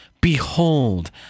Behold